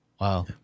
Wow